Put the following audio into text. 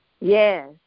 Yes